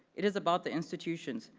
it is about the institutions,